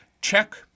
check